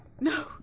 No